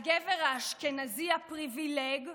הגבר האשכנזי הפריבילג,